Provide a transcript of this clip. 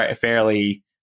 fairly